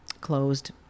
closed